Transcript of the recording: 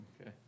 Okay